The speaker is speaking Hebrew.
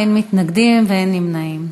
בעד, 7, אין מתנגדים ואין נמנעים.